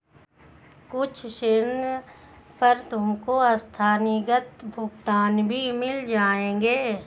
कुछ ऋणों पर तुमको आस्थगित भुगतान भी मिल जाएंगे